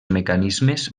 mecanismes